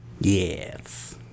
Yes